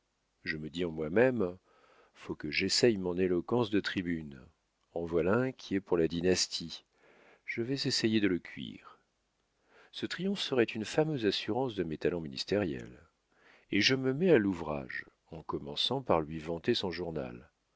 je me dis en moi-même faut que j'essaie mon éloquence de tribune en voilà un qui est pour la dynastie je vais essayer de le cuire ce triomphe serait une fameuse assurance de mes talents ministériels et je me mets à l'ouvrage en commençant par lui vanter son journal